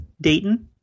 Dayton